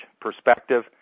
perspective